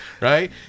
Right